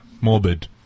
morbid